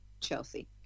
Chelsea